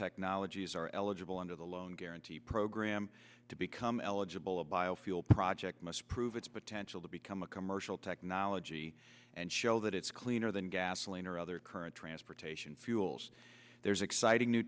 technologies are eligible under the loan guarantee program to become eligible of biofuel projects must prove its potential to become a commercial technology and show that it's cleaner than gasoline or other current transportation fuels there's exciting new